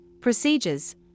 procedures